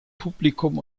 publikum